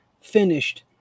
finished